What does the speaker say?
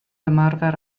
ymarfer